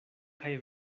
kaj